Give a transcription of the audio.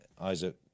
Isaac